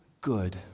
good